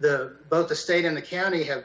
the both the state and the candy ha